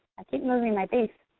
i keep moving my base,